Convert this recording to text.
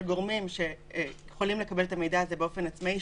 גורמים שיכולים לקבל את המידע הזה באופן עצמאי,